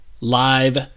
live